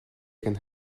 can